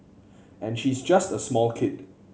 and she's just a small kid